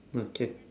okay